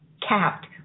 capped